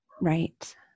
Right